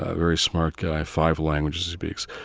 ah very smart guy. five languages, he speaks.